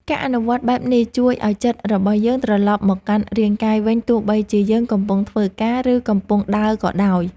ការអនុវត្តបែបនេះជួយឱ្យចិត្តរបស់យើងត្រឡប់មកកាន់រាងកាយវិញទោះបីជាយើងកំពុងធ្វើការ ឬ កំពុងដើរក៏ដោយ។